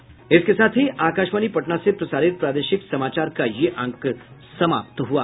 इसके साथ ही आकाशवाणी पटना से प्रसारित प्रादेशिक समाचार का ये अंक समाप्त हुआ